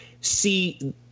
see